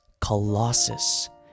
Colossus